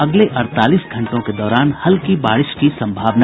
अगले अड़तालीस घंटों के दौरान हल्की बारिश की संभावना